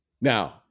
Now